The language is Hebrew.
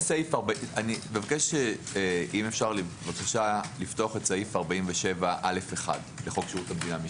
אם אפשר לפתוח את סעיף 47א1 לחוק שירות המדינה משמעת.